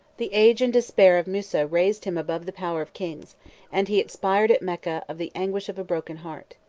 the age and despair of musa raised him above the power of kings and he expired at mecca of the anguish of a broken heart.